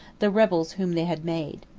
the rebels whom they had made.